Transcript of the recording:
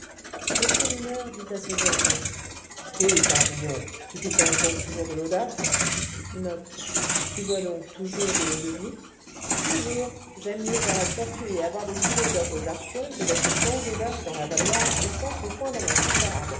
le chourineur dit à ce dernier eh barbillon tu pitanches donc toujours de l'eau d'aff toujours j'aime mieux faire la tortue et avoir des philosophes aux arpions que d'être sans eau d'aff dans l'avaloir et sans tréfoin dans ma